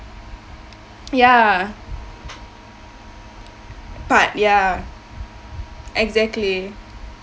ya part ya exactly